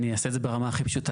אני אעשה את זה בצורה הכי פשוטה.